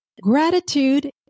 Gratitude